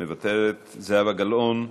מוותרת, זהבה גלאון,